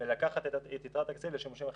ולקחת את יתרת הכספים לשימושים אחרים.